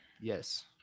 Yes